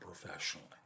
professionally